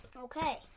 Okay